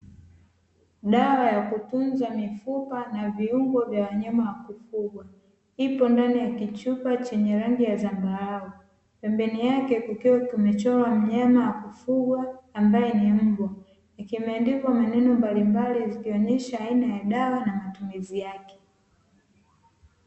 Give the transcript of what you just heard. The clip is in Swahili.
Dawa ya kutunza mifupa na viungo vya wanyama wa kufugwa ipo ndani ya kichupa chenye rangi ya zambarau. Pembeni yake kukiwa kimechorwa mnyama wa kufugwa ambaye ni mbwa. Kimeandikwa maneno mbalimbali zikionyesha aina ya dawa na matumizi yake.